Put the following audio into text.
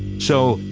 so,